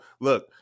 look